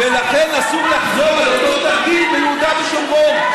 ולכן אסור לחזור על אותו תרגיל ביהודה ושומרון.